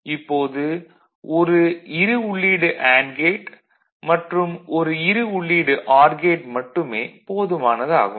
இப்போது ஒரு இரு உள்ளீடு அண்டு கேட் மற்றும் ஒரு இரு உள்ளீடு ஆர் கேட் மட்டுமே போதுமானது ஆகும்